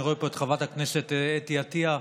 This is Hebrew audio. אני רואה כאן את חברת הכנסת אתי עטייה.